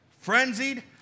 frenzied